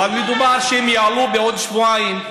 אבל מדובר שהם יעלו בעוד שבועיים.